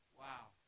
wow